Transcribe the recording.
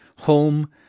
home